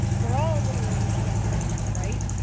we're all a little overstressed right now right?